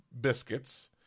biscuits